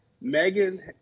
Megan